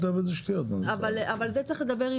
ועדה משותפת זה שטויות, זו לא בעיה.